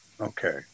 okay